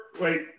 Wait